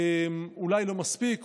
אולי לא מספיק,